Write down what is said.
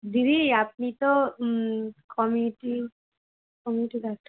দিদি আপনি তো কমিটির কমিটি গার্ড